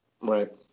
Right